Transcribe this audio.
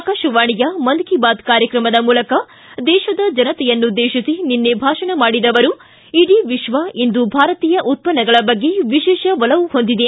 ಆಕಾಶವಾಣಿಯ ಮನ್ ಕೀ ಬಾತ್ ಕಾರ್ಯಕ್ರಮದ ಮೂಲಕ ದೇಶದ ಜನತೆಯನ್ನುದ್ದೇಶಿಸಿ ನಿನ್ನೆ ಭಾಷಣ ಮಾಡಿದ ಅವರು ಇಡೀ ವಿಶ್ವ ಇಂದು ಭಾರತೀಯ ಉತ್ಪನ್ನಗಳ ಬಗ್ಗೆ ವಿಶೇಷ ಒಲವು ಹೊಂದಿದೆ